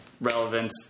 relevant